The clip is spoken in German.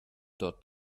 dort